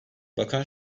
bakan